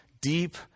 deep